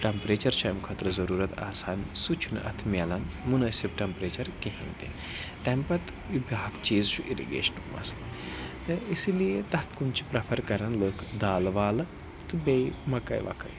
temperature چھُ اَمہِ خٲطرٕ ضوٚروٗرَت آسان سُہ چھُنہٕ اَتھ مِلان مُنٲسِب ٹٮمپریٚچَر کِہیٖنۍ تہِ تَمہِ پَتہٕ بیٛاکھ چیٖز چھُ اِرِگیٚشنُک مَسلہٕ تہٕ اِسی لیے تَتھ کُن چھِ پرٛٮ۪فَر کَران لُکھ دالہٕ والہٕ تہٕ بیٚیہِ مَکٲے وَکٲے